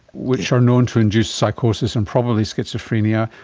which are known to induce psychosis and probably schizophrenia,